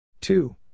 two